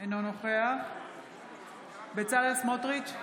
אינו נוכח בצלאל סמוטריץ'